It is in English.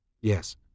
Yes